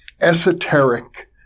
esoteric